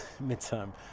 mid-term